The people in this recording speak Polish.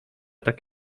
tak